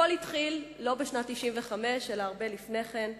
הכול התחיל לא בשנת 1995, אלא הרבה לפני כן.